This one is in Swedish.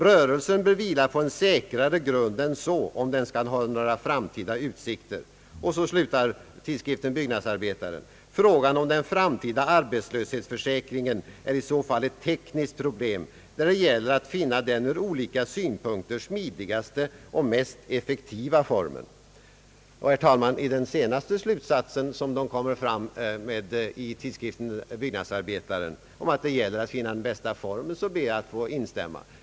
Rörelsen bör vila på en säkrare grund än så, om den skall ha några framtida utsikter. Frågan om den framtida arbetslöshetsförsäkringen är i så fall ett tekniskt problem, där det gäller att finna den ur olika synpunkter smidigaste och mest effektiva formen.» Herr talman! I den sista slutsatsen som man kommer fram till i artikeln om att det gäller att finna den bästa formen ber jag att få instämma.